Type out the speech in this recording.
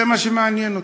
זה מה שמעניין אותו.